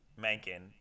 Mankin